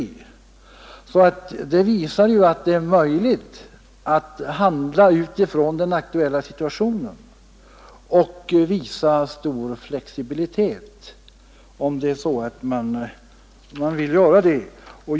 Det visar ju att det är möjligt att handla utifrån den aktuella situationen och visa stor flexibilitet om man vill.